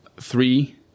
three